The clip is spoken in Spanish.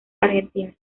argentina